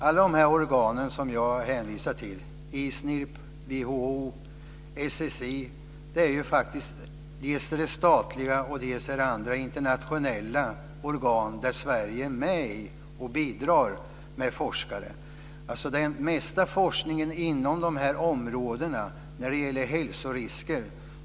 Alla de organ som jag hänvisar till - ICNIRP, WHO, SSI - är dels statliga organ, dels internationella organ där Sverige är med och bidrar med forskare. Det gäller den mesta forskningen om hälsorisker inom dessa områden.